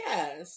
Yes